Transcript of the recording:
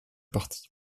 partie